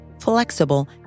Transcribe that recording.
flexible